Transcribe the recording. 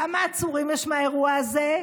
כמה עצורים יש מהאירוע הזה?